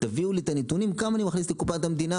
הוא רוצה נתונים כמה הוא מכניס לקופת המדינה,